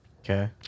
Okay